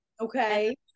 Okay